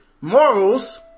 morals